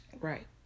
Right